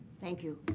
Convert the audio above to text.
thank you.